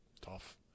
Tough